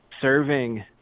serving